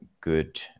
good